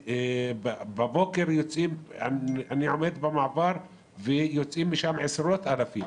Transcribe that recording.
בבוקר אני עומד במעבר ויוצאים משם עשרות אלפים,